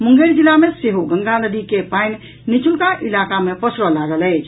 मुंगेर जिला मे सेहो गंगा नदी के पानि निचुलका इलाका मे पसरऽ लागल अछि